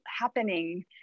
happening